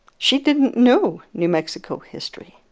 she didn't know new mexico history